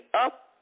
up